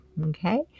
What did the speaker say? Okay